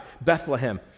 Bethlehem